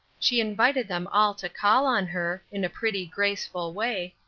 she invited them all to call on her, in a pretty, graceful way,